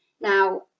Now